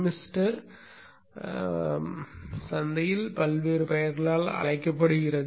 thermistor சந்தையில் பல்வேறு பெயர்களால் அழைக்கப்படுகிறது